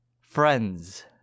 Friends